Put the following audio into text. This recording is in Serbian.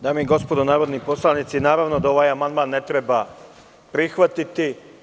Dame i gospodo narodni poslanici, naravno da ovaj amandman ne treba prihvatiti.